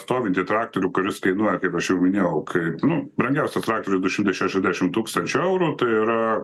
stovintį traktorių kuris kainuoja kaip aš jau minėjau kaip brangiausias traktorius du šimtai šešiasdešim tūkstančių eurų tai yra